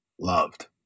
loved